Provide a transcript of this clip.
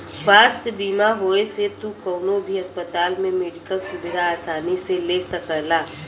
स्वास्थ्य बीमा होये से तू कउनो भी अस्पताल में मेडिकल सुविधा आसानी से ले सकला